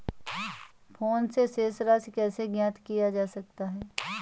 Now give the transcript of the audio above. Phone से शेष राशि कैसे ज्ञात किया जाता है?